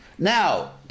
Now